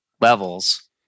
levels